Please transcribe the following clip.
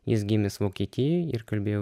jis gimęs vokietijoj ir kalbėjo